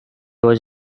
was